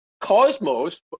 Cosmos